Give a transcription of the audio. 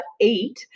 eight